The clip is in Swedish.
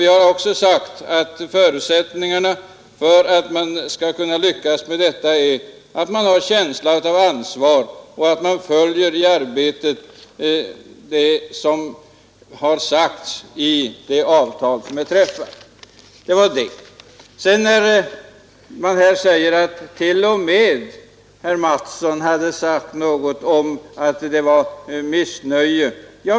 Vi har även förklarat att förutsättningen för att man skall kunna lyckas med detta är att man har en känsla av ansvar och i arbetet följer det som sagts i det träffade avtalet. Det har framhållits att t.o.m. herr Mattsson i Lane-Herrestad har talat om att det råder missnöje.